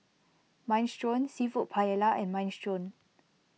Minestrone Seafood Paella and Minestrone